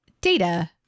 Data